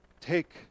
Take